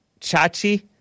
Chachi